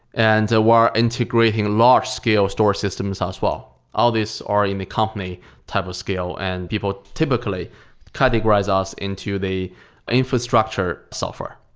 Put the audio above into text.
and so we're integrating large scale storage systems ah as well. all these in a company type of scale and people typically categorize us into the infrastructure software.